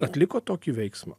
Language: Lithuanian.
atliko tokį veiksmą